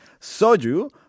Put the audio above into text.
soju